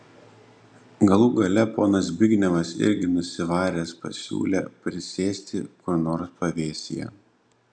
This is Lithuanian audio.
galų gale ponas zbignevas irgi nusivaręs pasiūlė prisėsti kur nors pavėsyje